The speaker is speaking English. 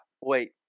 Wait